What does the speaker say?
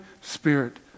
Spirit